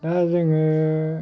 दा जोङो